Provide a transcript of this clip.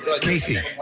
Casey